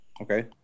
Okay